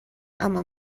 اما